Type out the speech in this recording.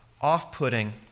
off-putting